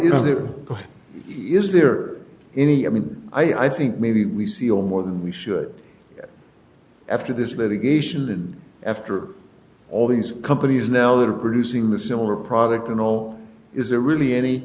you know there is there any i mean i think maybe we see all more than we should after this litigation and after all these companies now that are producing the similar product and all is there really any